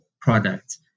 product